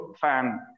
fan